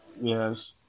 Yes